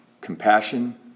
compassion